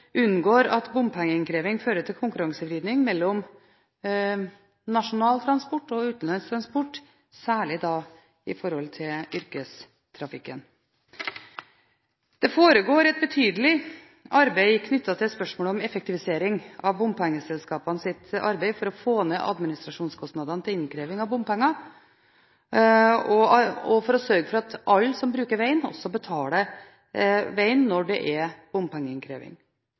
unngår at bompengeinnkreving fører til konkurransevridning mellom nasjonal transport og utenlandsk transport, særlig i yrkestrafikken. Det foregår et betydelig arbeid knyttet til spørsmålet om effektivisering av bompengeselskapenes arbeid for å få ned administrasjonskostnadene til innkreving av bompenger, og for å sørge for at alle som bruker vegen, også betaler vegen når det er bompengeinnkreving.